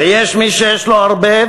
ויש מי שיש לו הרבה,